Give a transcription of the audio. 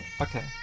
Okay